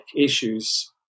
issues